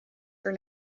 gur